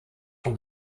from